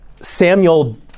Samuel